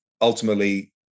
ultimately